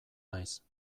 naiz